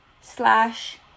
slash